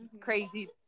Crazy